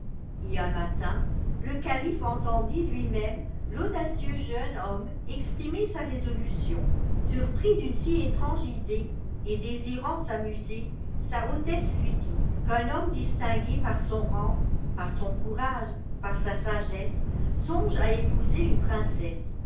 et un matin le calife entendit lui-même l'audacieux jeune homme exprimer sa résolution surpris dune si étrange idée et désirant s'amuser sa hautesse lui dit qu'un homme distingué par son rang par son courage par sa sagesse songe à épouser une princesse